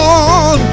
on